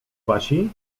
wasi